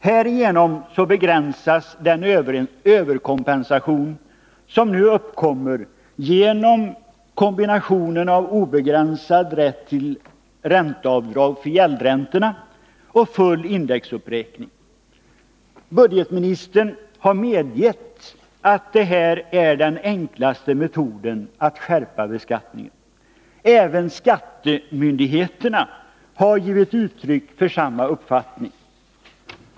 Härigenom begränsas den överkompensation som nu uppkommer genom kombinationen av obegränsad rätt till avdrag för gäldräntor och full indexuppräkning. Budgetministern har medgett att detta är den enklaste metoden att skärpa beskattningen. Skattemyndigheterna har givit uttryck för samma uppfattning.